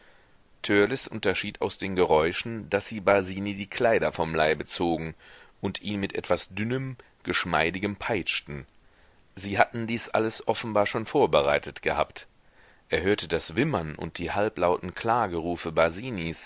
unterschied aus den geräuschen daß sie basini die kleider vom leibe zogen und ihn mit etwas dünnem geschmeidigem peitschten sie hatten dies alles offenbar schon vorbereitet gehabt er hörte das wimmern und die halblauten klagerufe